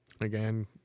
again